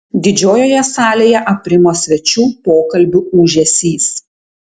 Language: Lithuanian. didžiojoje salėje aprimo svečių pokalbių ūžesys